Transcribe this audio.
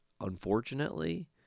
unfortunately